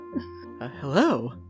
Hello